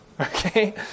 okay